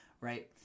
right